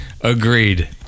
Agreed